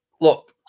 Look